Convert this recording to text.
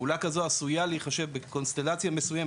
אנחנו רוצים להבטיח שבקונסטלציה מסוימת